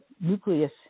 nucleus